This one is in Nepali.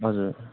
हजुर